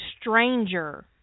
stranger